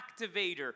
activator